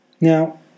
Now